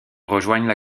rejoignent